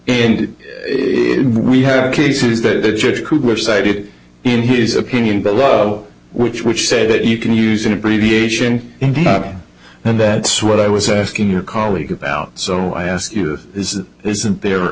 and we have cases that judge which cited in his opinion below which which said that you can use an abbreviation and that's what i was asking your colleague about so i ask you is it isn't there